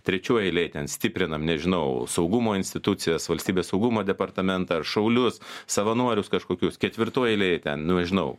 trečioj eilėj ten stiprinam nežinau saugumo institucijas valstybės saugumo departamentą ar šaulius savanorius kažkokius ketvirtoj eilėj ten nu nežinau